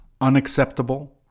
unacceptable